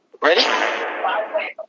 Ready